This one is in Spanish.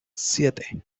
siete